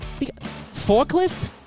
Forklift